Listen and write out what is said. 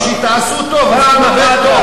כשתעשו טוב, אז גם זה יבוא.